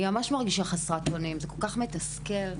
זה מאוד מתסכל.